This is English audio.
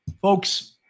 Folks